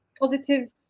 positive